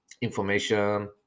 information